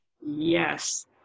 yes